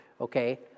okay